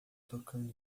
tocando